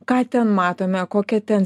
ką ten matome kokia ten